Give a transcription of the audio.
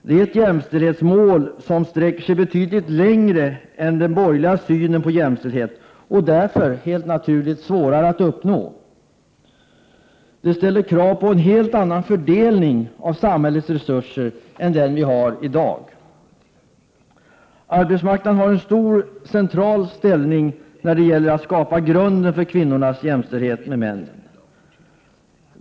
Det är ett jämställdhetsmål som sträcker sig betydligt längre än den borgerliga synen på jämställdhet och därför — helt naturligt — är svårare att uppnå. Det ställer krav på en helt annan fördelning av samhällets resurser än den vi har i dag. Arbetsmarknaden har en central ställning när det gäller att skapa grunden för kvinnornas jämställdhet med männen.